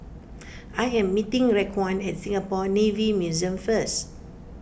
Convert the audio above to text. I am meeting Raekwon at Singapore Navy Museum first